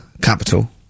Capital